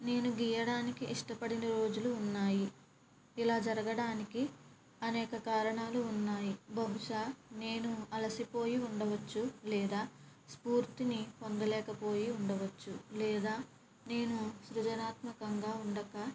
నేను గీయడానికి ఇష్టపడిన రోజులు ఉన్నాయి ఇలా జరగడానికి అనేక కారణాలు ఉన్నాయి బహుశ నేను అలసిపోయి ఉండవచ్చు లేదా స్ఫూర్తిని పొందలేకపోయి ఉండవచ్చు లేదా నేను సృజనాత్మకంగా ఉండక